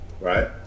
right